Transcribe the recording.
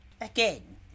Again